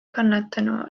kannatanu